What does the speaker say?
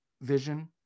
vision